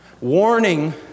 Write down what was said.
Warning